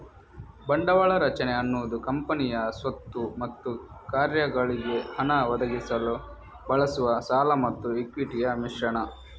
ಬಂಡವಾಳ ರಚನೆ ಅನ್ನುದು ಕಂಪನಿಯ ಸ್ವತ್ತು ಮತ್ತು ಕಾರ್ಯಗಳಿಗೆ ಹಣ ಒದಗಿಸಲು ಬಳಸುವ ಸಾಲ ಮತ್ತು ಇಕ್ವಿಟಿಯ ಮಿಶ್ರಣ